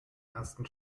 ersten